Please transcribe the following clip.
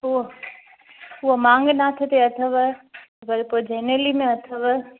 उहो उहो मांगनाथ ते अथव वरी पोइ जेनेली में अथव